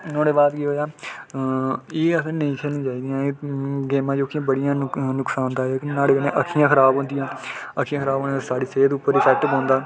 नुहाड़े बाद केह् होआ एह् असें नेईं खेलनियां चाहिदियां एह् गेमां जेह्कियां बड़ियां नुक्सानदायक न न्हाड़े कन्नै अक्खियां खराब होंदियां अक्खियां खराब होने कन्नै साढ़ी सेह्त उप्पर अफैक्ट पौंदा